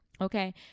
Okay